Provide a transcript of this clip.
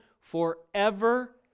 forever